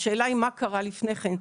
והשאלה היא מה קרה לפני כן.